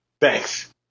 Thanks